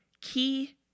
key